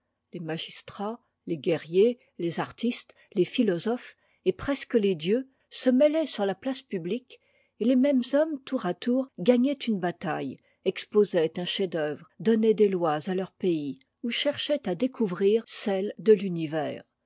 les magistrats les guerriers les artistes les philosophes et presque les dieux se mêtaient sur la place publique et les mêmes hommes tour à tour gagnaient une bataille exposaient un chef-d'oeuvre donnaient des lois à leur pays ou cherchaient à découvrir celles de l'univers